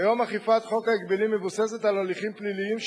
כיום אכיפת חוק ההגבלים מבוססת על הליכים פליליים,